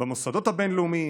במוסדות הבין-לאומיים,